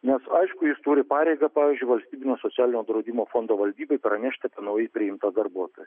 nes aišku jis turi pareigą pavyzdžiui valstybinio socialinio draudimo fondo valdybai pranešti apie naujai priimtą darbuotoją